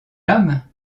âme